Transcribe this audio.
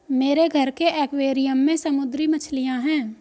मेरे घर के एक्वैरियम में समुद्री मछलियां हैं